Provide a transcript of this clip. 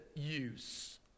use